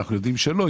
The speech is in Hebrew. אנחנו יודעים שלא,